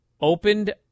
opened